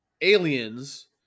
Aliens